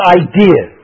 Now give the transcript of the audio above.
idea